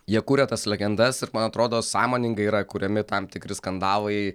jie kuria tas legendas ir man atrodo sąmoningai yra kuriami tam tikri skandalai